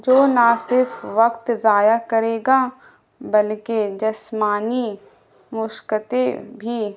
جو نہ صرف وقت ضائع کرے گا بلکہ جسمانی مشقتیں بھی